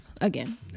Again